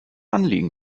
anliegen